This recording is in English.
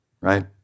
right